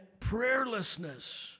Prayerlessness